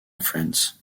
france